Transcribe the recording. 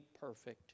perfect